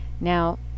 now